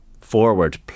forward